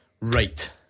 Right